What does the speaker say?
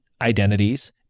identities